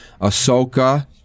Ahsoka